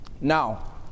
Now